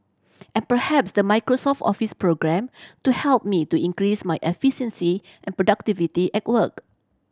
and perhaps the Microsoft Office programme to help me to increase my efficiency and productivity at work